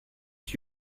qui